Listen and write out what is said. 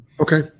Okay